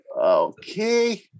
okay